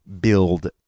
build